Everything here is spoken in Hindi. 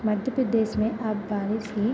मध्य प्रदेश में अब बारिश ही